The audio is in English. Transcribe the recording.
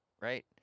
right